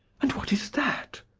and what is that?